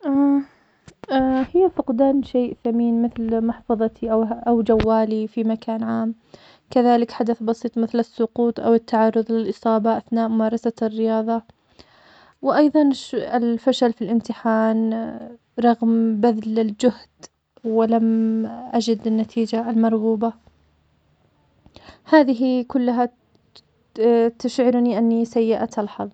في فقدان شئ ثمين مثل محفظتي أوجوالي في مكان عام, مثل السقوط أو التعرض للإصابة أثناء ممارسة الرياضة, وأيضاً الفشل في الامتحان, برغم بذل الجهد, ولم أجد النتيجة المرغوبة, هذه كلها تشعرني أني سيئة الحظ.